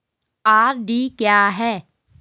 RD क्या है?